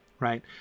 Right